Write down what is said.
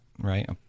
right